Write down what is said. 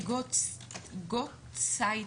גוטצייט.